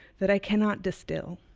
that i cannot distill.